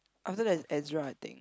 after that ez~ Ezra I think